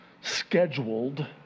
scheduled